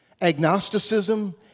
agnosticism